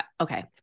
Okay